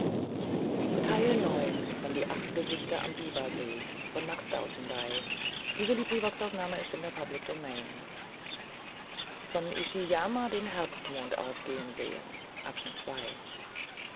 von ishiyama den herbstmond aufgehen sehen